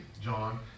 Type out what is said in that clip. John